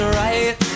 right